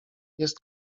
jest